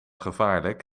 gevaarlijk